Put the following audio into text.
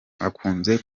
akunze